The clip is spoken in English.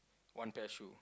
one pair shoe